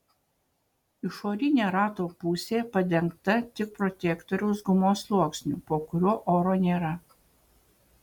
išorinė rato pusė padengta tik protektoriaus gumos sluoksniu po kuriuo oro nėra